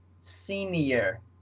senior